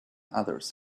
others